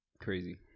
Crazy